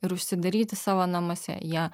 ir užsidaryti savo namuose jie